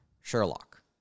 Sherlock